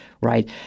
right